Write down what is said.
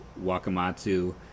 wakamatsu